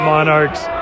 Monarchs